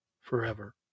forever